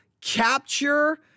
capture